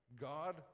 God